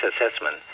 assessment